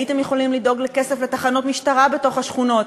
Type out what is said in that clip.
הייתם יכולים לדאוג לכסף לתחנות משטרה בתוך השכונות,